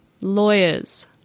lawyers